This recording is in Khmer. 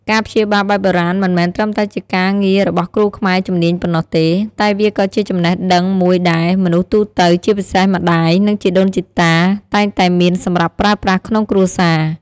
ការព្យាបាលបែបបុរាណមិនមែនត្រឹមតែជាការងាររបស់គ្រូខ្មែរជំនាញប៉ុណ្ណោះទេ តែវាក៏ជាចំណេះដឹងមួយដែល មនុស្សទូទៅ ជាពិសេសម្ដាយ និងជីដូនជីតា តែងតែមានសម្រាប់ប្រើប្រាស់ក្នុងគ្រួសារ។